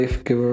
LIFE-GiVER